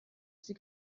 sie